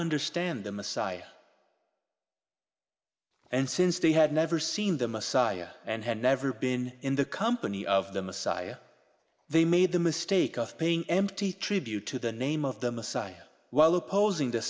understand the messiah and since they had never seen the messiah and had never been in the company of the messiah they made the mistake of paying empty tribute to the name of the messiah while opposing the